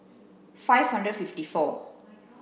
five hundred and fifty four